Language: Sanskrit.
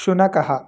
शुनकः